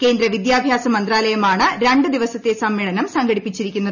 കേന്ദ്ര വിദ്യാഭ്യാസ മന്ത്രാലയമാണ് രണ്ട് ദിവസത്തെ സമ്മേളനം സംഘടിപ്പിച്ചിരിക്കുന്നത്